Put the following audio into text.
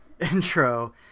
intro